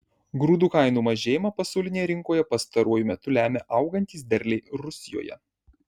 grūdų kainų mažėjimą pasaulinėje rinkoje pastaruoju metu lemia augantys derliai rusijoje